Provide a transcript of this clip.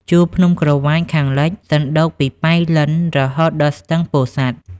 ជួរភ្នំក្រវាញខាងលិច សណ្ដូកពីប៉ៃលិនរហូតដល់ស្ទឹងពោធិសាត់ ។